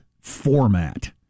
format